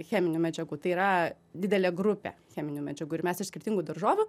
cheminių medžiagų tai yra didelė grupė cheminių medžiagų ir mes iš skirtingų daržovių